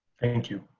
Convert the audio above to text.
thank you.